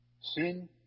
Sin